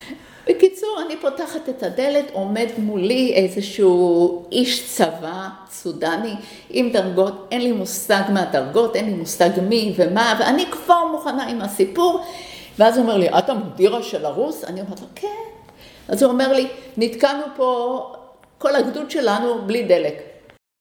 בקיצור, אני פותחת את הדלת, עומד מולי איזשהו איש צבא סודני עם דרגות, אין לי מושג מה דרגות, אין לי מושג מי ומה, ואני כבר מוכנה עם הסיפור ואז הוא אומר לי, את המדירה של הרוס? אני אומרת, כן. אז הוא אומר לי, נתקענו פה, כל הגדוד שלנו בלי דלק